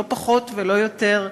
לא פחות ולא יותר,